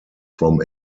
from